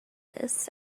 this